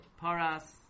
Paras